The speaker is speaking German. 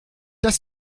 dass